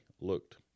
looked